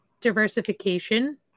diversification